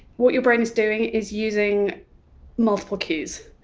what your brain is doing is using multiple cues.